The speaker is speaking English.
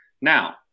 Now